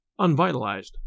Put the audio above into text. unvitalized